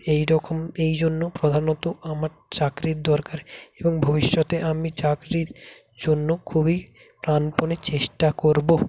এই রকম এই জন্য প্রধানত আমার চাকরির দরকার এবং ভবিষ্যতে আমি চাকরির জন্য খুবই প্রাণপণে চেষ্টা করবো